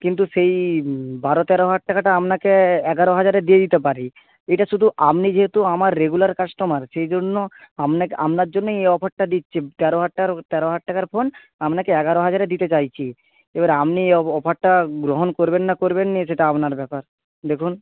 কিন্তু সেই বারো তেরো হাজার টাকাটা আপনাকে এগারো হাজারে দিয়ে দিতে পারি এটা শুধু আপনি যেহেতু আমার রেগুলার কাস্টমার সেইজন্য আপনাকে আপনার জন্যই এই অফারটা দিচ্ছি তেরো হাজার টাকার তেরো হাজার টাকার ফোন আপনাকে এগারো হাজারে দিতে চাইছি এবার আপনি অফারটা গ্রহণ করবেন না করবেন না সেটা আপনার ব্যাপার দেখুন